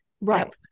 Right